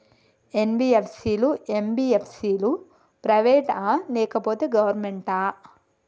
NBFC లు, MBFC లు private ఆ లేకపోతే గవర్నమెంటా?